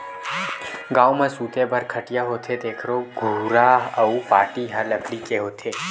गाँव म सूते बर खटिया होथे तेखरो खुरा अउ पाटी ह लकड़ी के होथे